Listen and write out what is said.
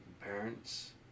Parents